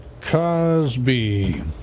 Cosby